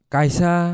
Kaisa